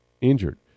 Injured